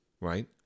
right